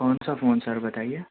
کون سا phone sir بتائیے